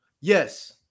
Yes